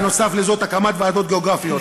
נוסף על זה, הקמת ועדות גיאוגרפיות.